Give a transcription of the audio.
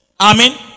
Amen